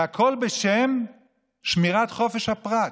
והכול בשם שמירת חופש הפרט.